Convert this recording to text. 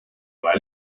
ole